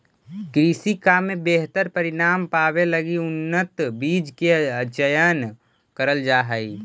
कृषि काम में बेहतर परिणाम पावे लगी उन्नत बीज के चयन करल जा हई